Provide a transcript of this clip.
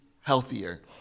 healthier